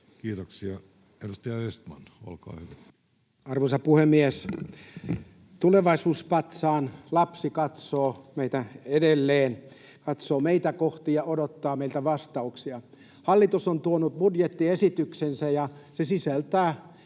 Kiitoksia. — Edustaja Östman, olkaa hyvä. Arvoisa puhemies! Tulevaisuus-patsaan lapsi katsoo meitä edelleen, katsoo meitä kohti ja odottaa meiltä vastauksia. Hallitus on tuonut budjettiesityksensä, ja se sisältää